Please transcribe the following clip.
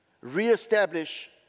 reestablish